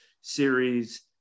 series